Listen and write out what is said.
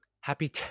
Happy